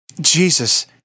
Jesus